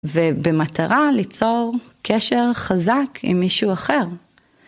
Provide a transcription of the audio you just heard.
ובמטרה ליצור קשר חזק עם מישהו אחר.